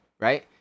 right